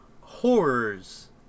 Horrors